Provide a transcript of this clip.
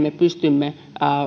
me paremmin pystymme